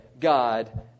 God